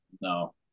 No